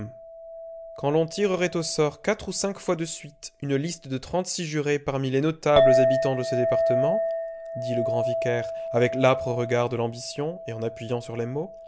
quand l'on tirerait au sort quatre ou cinq fois de suite une liste de trente-six jurés parmi les notables habitants de ce département dit le grand vicaire avec l'âpre regard de l'ambition et en appuyant sur les mots